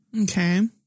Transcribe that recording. Okay